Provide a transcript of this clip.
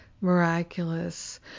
miraculous